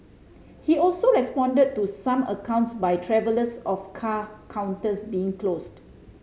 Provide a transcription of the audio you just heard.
he also responded to some accounts by travellers of car counters being closed